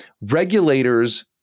regulators